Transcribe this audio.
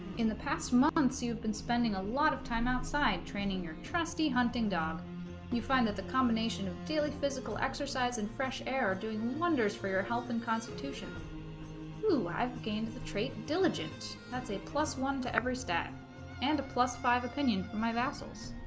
in the past months you've been spending a lot of time outside training your trusty hunting dog you find that the combination of daily physical exercise and fresh air doing wonders for your health and constitutions who i've gained the trait diligent that's a plus one to every stat and a five opinion from my vassals